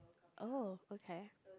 oh okay